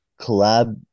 collab